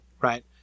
right